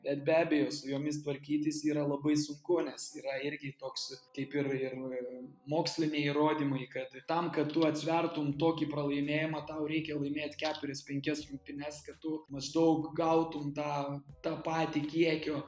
bet abejo su jomis tvarkytis yra labai sunku nes yra irgi toks kaip ir ir moksliniai įrodymai kad tam kad tu atsvertum tokį pralaimėjimą tau reikia laimėt keturias penkias rungtynes kad tu maždaug gautum tą tą patį kiekio